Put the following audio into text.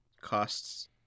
Costs